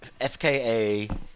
FKA